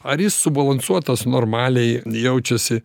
ar jis subalansuotas normaliai jaučiasi